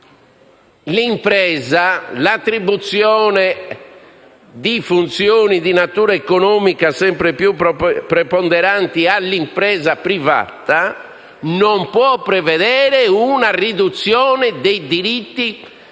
perché l'attribuzione di funzioni di natura economica sempre più preponderanti all'impresa privata non può prevedere una riduzione dei diritti sociali